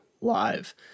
live